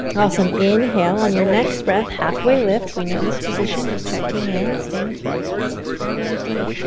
awesome. inhale. on your next breath, halfway lift. we know this position, just checking in, staying curious, experimenting.